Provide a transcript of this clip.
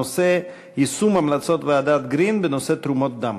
הנושא: יישום המלצות ועדת גרין בנושא תרומות דם.